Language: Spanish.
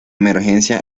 emergencia